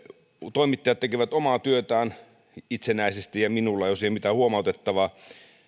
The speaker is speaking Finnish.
toimittajat tekevät omaa työtään itsenäisesti ja minulla ei ole siihen mitään huomautettavaa